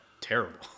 terrible